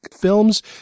Films